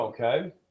Okay